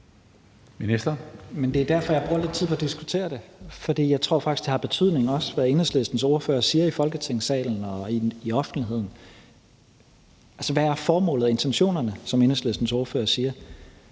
Det er derfor, jeg bruger lidt tid på at diskutere det, for jeg tror faktisk, at det også har betydning, hvad Enhedslistens ordfører siger i Folketingssalen og i offentligheden. Altså, hvad er formålet og intentionerne, som Enhedslistens ordfører spørger.